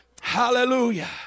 Hallelujah